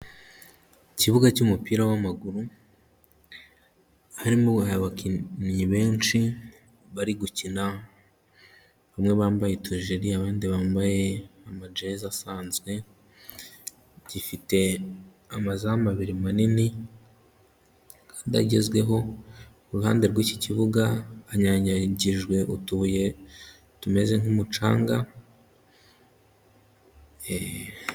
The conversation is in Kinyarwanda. Ikibuga cy'umupira w'amaguru harimo abakinnyi benshi bari gukina, bamwe bambaye utujiri abandi bambaye amajezi asanzwe, gifite amazamu abiri manini agezweho, ku ruhande rw'iki kibuga hanyanyagijwe utubuye tumeze nk'umucanga.